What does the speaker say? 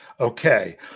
Okay